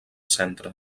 centre